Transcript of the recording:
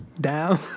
down